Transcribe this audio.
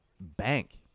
bank